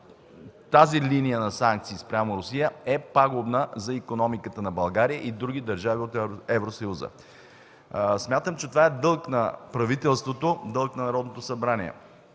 тази линия на санкции спрямо Русия е пагубна за икономиката на България и други държави от Евросъюза! Смятам, че това е дълг на правителството, дълг на Народното събрание.